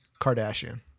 kardashian